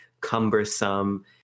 cumbersome